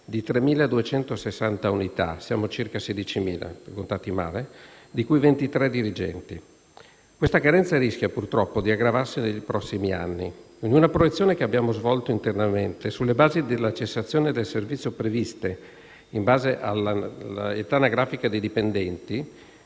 di 3.260 unità (siamo circa 16.000), di cui 23 dirigenti. Questa carenza rischia, purtroppo, di aggravarsi nei prossimi anni. In una proiezione che abbiamo svolto internamente, sulla base della cessazione dal servizio prevista tenuto conto dell'età anagrafica dei dipendenti,